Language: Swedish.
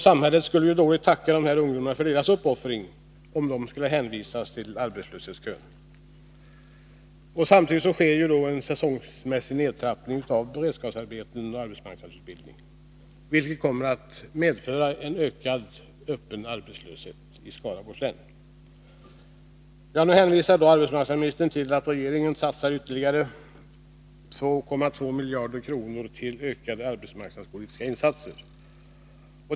Samhället skulle dåligt tacka dessa ungdomar för deras uppoffringar om de skulle hänvisas till arbetslöshetskön. Samtidigt sker en säsongmässig nedtrappning av beredskapsarbeten och arbetsmark nadsutbildning, vilket kommer att medföra en ökad öppen arbetslöshet i Skaraborgs län. Då hänvisar arbetsmarknadsministern till att regeringen satsar ytterligare 2,2 miljarder på ökade arbetsmarknadspolitiska insatser.